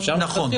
נכון.